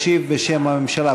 ישיב בשם הממשלה.